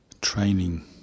training